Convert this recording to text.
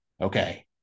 okay